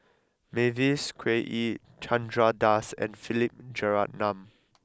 Mavis Khoo Oei Chandra Das and Philip Jeyaretnam